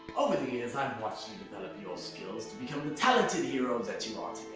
over the years, i've watched you develop your skills to become the talented heroes that you are